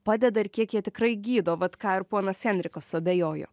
padeda ir kiek jie tikrai gydo vat ką ir ponas henrikas suabejojo